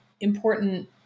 important